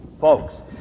Folks